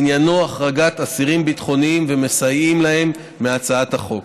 עניינו החרגת אסירים ביטחוניים ומסייעים להם מהצעת החוק.